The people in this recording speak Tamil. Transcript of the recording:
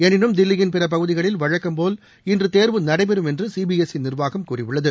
எனினும் தில்லியின் பிற பகுதிகளில் வழக்கம் போல் இன்று தேர்வு நடைபெறும் என்று சிபிஎஸ்சி நிர்வாகம் கூறியுள்ளது